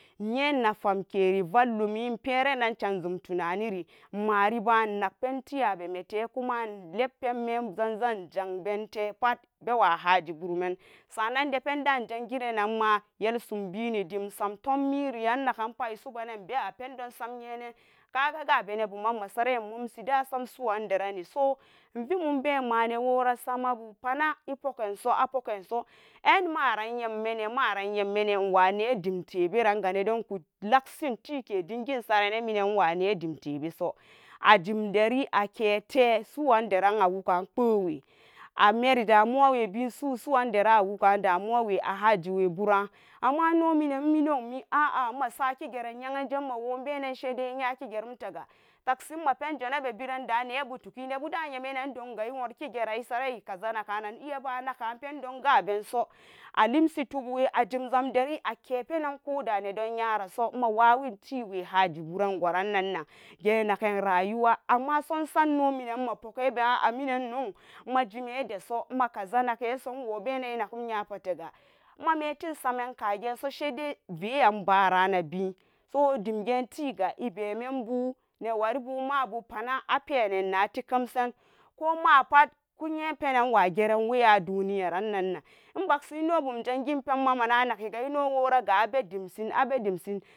Inyan nafankeri vallummi nmperan an wulgun tunani har nok napen teyo, bemerai kuma nuk lempen zazunbu inzan bente pat pewahajibu sannan dependen nolazan ge ranan nna inlebini dam nok samtommiri isubalan, ibawa pen madon sannyenan nolamushi da samsuran so nola vet mon ben yem pana ipuken su in maran xammane inwa netebe suwan deran azan bewe ameri damuwawe binso ahojiwe bura amma nok minaminaumi nmasakin geran nyanje saida inyaki girum lega tacshin mben junabe beran demneburdan igaran isaran ikaza nagan iya banaga pendom gadeso alimshi toc we ajimzam deriake penin kohda nedomnyaraso mawawin tewe hajiburan guranan ne waribu tekemsen eyepenan duniya bunzangen ben abedemsin ade dimsin.